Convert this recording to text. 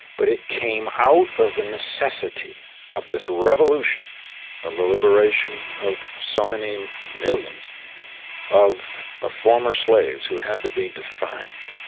but it came out of the necessity of this revolution of the liberation of so many millions of ah former slaves who had to be defined.